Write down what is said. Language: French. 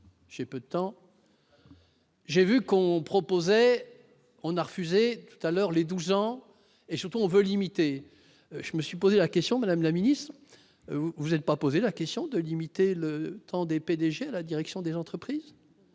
J'ai peu de temps, j'ai vu qu'on proposait, on a refusé tout à l'heure, les 12 ans et surtout on veut limiter, je me suis posé la question, Madame la Ministre, vous êtes pas posé la question de limiter le temps des PDG à la direction des entreprises,